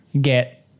get